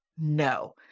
No